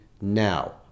now